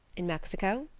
in mexico?